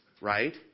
right